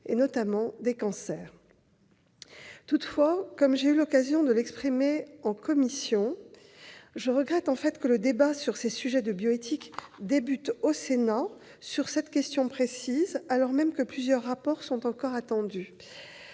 notamment des cancers. Toutefois, comme j'ai eu l'occasion de l'exprimer en commission, je regrette que le débat sur ces sujets de bioéthique débute au Sénat sur cette question précise, alors même que plusieurs rapports sont encore attendus.